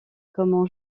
comment